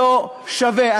לא שווה.